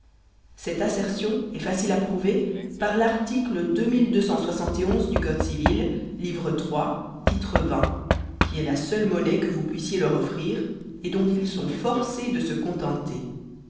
cette assertion est facile à prouver par l'article du code civil livre iii titre qui est la seule monnaie que vous puissiez leur offrir et dont ils sont forcés de se contenter